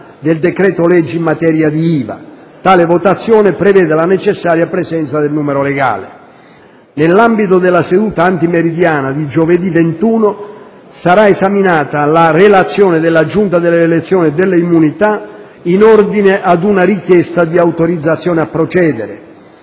del decreto-legge in materia di IVA. Tale votazione prevede la necessaria presenza del numero legale. Nell'ambito della seduta antimeridiana di giovedì 21 settembre sarà esaminata la relazione della Giunta delle elezioni e delle immunità parlamentari in ordine a una richiesta di autorizzazione a procedere.